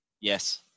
yes